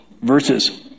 verses